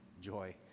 joy